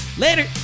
Later